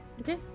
Okay